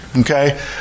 okay